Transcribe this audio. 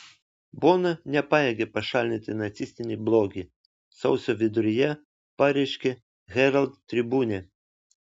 bona nepajėgia pašalinti nacistinį blogį sausio viduryje pareiškė herald tribune